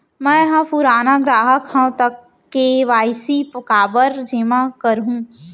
मैं ह पुराना ग्राहक हव त के.वाई.सी काबर जेमा करहुं?